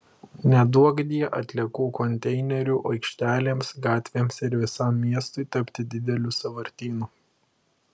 neduokdie atliekų konteinerių aikštelėms gatvėms ir visam miestui tapti dideliu sąvartynu